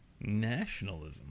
Nationalism